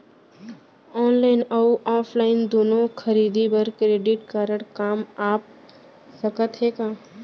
Online अऊ offline दूनो खरीदी बर क्रेडिट कारड काम आप सकत हे का?